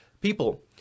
people